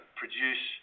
produce